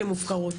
שהן מופקרות,